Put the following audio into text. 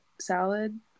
salad